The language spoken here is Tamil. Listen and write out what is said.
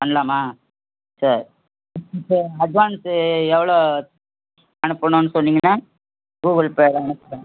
பண்ணலாமா சேரி இப்போ அட்வான்ஸு எவ்வளோ அனுப்பணும்னு சொன்னீங்கன்னா கூகுள் பேவில அனுப்புகிறேன்